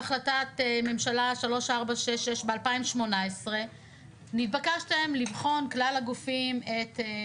בהחלטת ממשלה 3466 ב-2018 נתבקשתם כלל הגופים לבחון